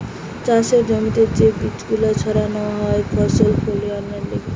চাষের জমিতে যে বীজ গুলো ছাড়ানো হয় ফসল ফোলানোর লিগে